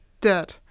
dead